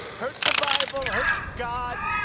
hurt the bible, hurt god.